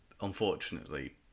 Unfortunately